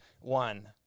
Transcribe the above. one